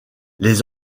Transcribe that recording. les